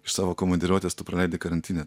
iš savo komandiruotės tu praleidi karantine